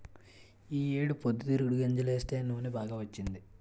ఈ ఏడు పొద్దుతిరుగుడు గింజలేస్తే నూనె బాగా వచ్చింది